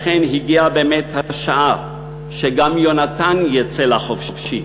לכן, הגיעה באמת השעה שגם יונתן יצא לחופשי.